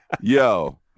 Yo